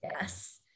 Yes